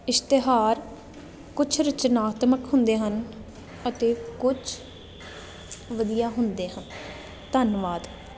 ਇਸ਼ਤਿਹਾਰ ਕੁਛ ਰਚਨਾਤਮਕ ਹੁੰਦੇ ਹਨ ਅਤੇ ਕੁਛ ਵਧੀਆ ਹੁੰਦੇ ਹਨ ਧੰਨਵਾਦ